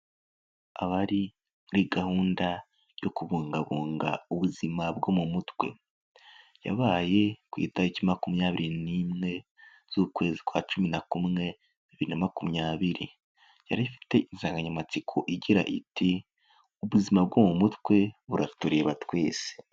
Abari muri gahunda yo kubungabunga ubuzima bwo mu mutwe, yabaye ku itariki makumyabiri n'imwe z'ukwezi kwa cumi na kumwe bibiri na makumyabiri, yari ifite insanganyamatsiko igira iti: Ubuzima bwo mu mutwe buratureba twese.